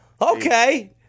Okay